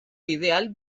ideal